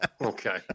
Okay